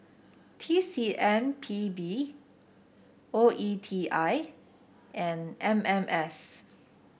T C M P B O E T I and M M S